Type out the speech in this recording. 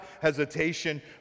hesitation